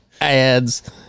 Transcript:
ads